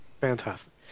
Fantastic